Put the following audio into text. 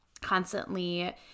constantly